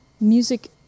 music